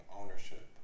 ownership